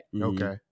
okay